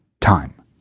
time